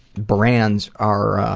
brands our